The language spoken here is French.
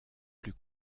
plus